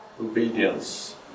Obedience